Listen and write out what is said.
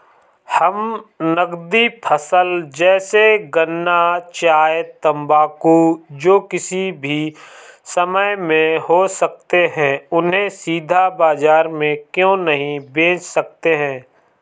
हम नगदी फसल जैसे गन्ना चाय तंबाकू जो किसी भी समय में हो सकते हैं उन्हें सीधा बाजार में क्यो नहीं बेच सकते हैं?